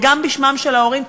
וגם בשמם של ההורים,